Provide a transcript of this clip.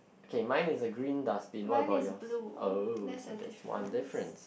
k mine is a green dustbin what about yours oh so that's one difference